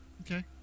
Okay